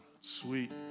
Sweet